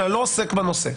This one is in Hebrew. אני לא עוסק בנושא.